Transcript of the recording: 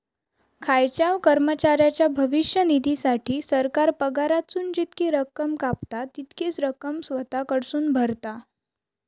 खायच्याव कर्मचाऱ्याच्या भविष्य निधीसाठी, सरकार पगारातसून जितकी रक्कम कापता, तितकीच रक्कम स्वतः कडसून भरता